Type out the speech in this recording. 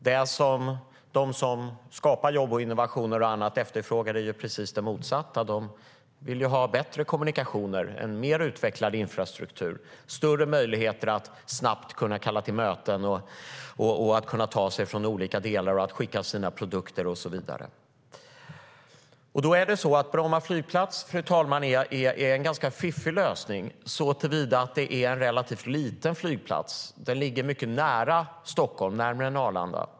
Vad de som skapar jobb, innovationer och annat efterfrågar är precis det motsatta. De vill ha bättre kommunikationer, en mer utvecklad infrastruktur, större möjligheter att snabbt kunna kalla till möten, ta sig från olika platser, kunna skicka sina produkter och så vidare. Bromma flygplats, fru talman, är en ganska fiffig lösning, så till vida att det är en relativt liten flygplats. Den ligger mycket nära Stockholm, närmare än Arlanda.